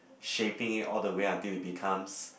shaping it all the way until it becomes